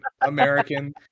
american